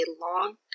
long